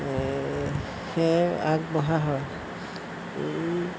সেয়াই আগবঢ়া হয়